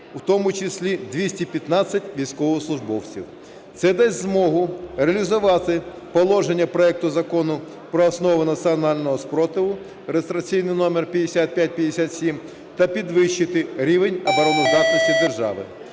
в тому числі 215 військовослужбовців. Це дасть змогу реалізувати положення проекту Закону про основи національного спротиву (реєстраційний номер 5557) та підвищити рівень обороноздатності держави.